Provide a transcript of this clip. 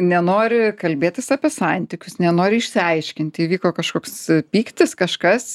nenori kalbėtis apie santykius nenori išsiaiškinti įvyko kažkoks pyktis kažkas